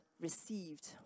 received